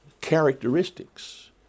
characteristics